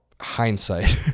hindsight